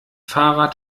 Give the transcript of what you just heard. fahrrad